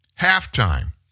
halftime